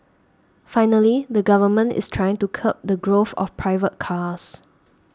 finally the Government is trying to curb the growth of private cars